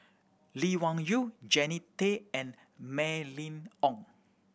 Lee Wung Yew Jannie Tay and Mylene Ong